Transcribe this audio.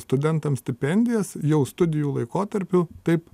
studentams stipendijas jau studijų laikotarpiu taip